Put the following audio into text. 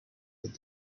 that